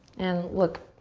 and look,